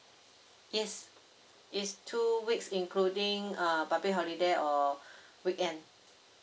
yes it's two weeks including uh public holiday or weekend